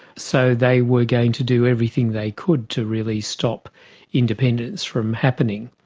so they were going to do everything they could to really stop independence from happening.